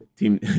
Team